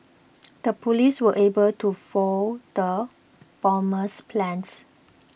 the police were able to foil the bomber's plans